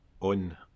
on